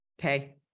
Okay